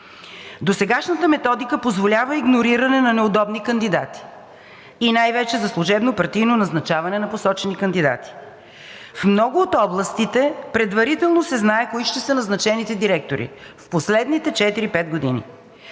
Досегашната методика позволява игнориране на неудобни кандидати, най-вече за служебно партийно назначаване на посочени кандидати. В много от областите предварително се знае кои ще са назначените директори в последните четири-пет години,